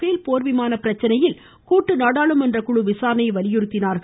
பேல் போர் விமான பிரச்சனையில் கூட்டு நாடாளுமன்ற குழு விசாரணையை வலியுறுத்தினார்கள்